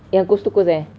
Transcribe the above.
ya coast to coast eh